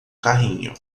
carrinho